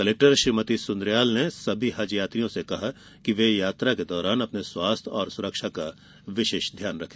collector श्रीमती सुन्द्रियाल ने सभी हज यात्रियों से कहा कि वे यात्रा के दौरान अपने स्वास्थ्य व सुरक्षा का विशेष ध्यान रखें